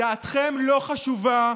דעתכם לא חשובה,